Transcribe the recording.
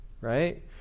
right